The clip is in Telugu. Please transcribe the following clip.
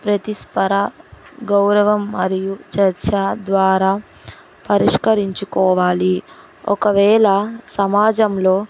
ప్రతిస్పర గౌరవం మరియు చర్చా ద్వారా పరిష్కరించుకోవాలి ఒకవేళ సమాజంలో